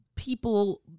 people